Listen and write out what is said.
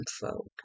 folk